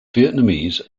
vietnamese